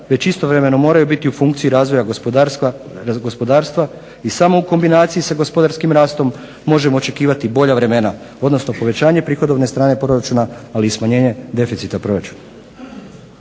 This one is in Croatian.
već istovremeno moraju biti u funkciji razvoja gospodarstva i samo u kombinaciji sa gospodarskim rastom možemo očekivati bolja vremena, odnosno povećanje prihodovne strane proračuna, ali i smanjenje deficita proračuna.